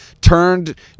turned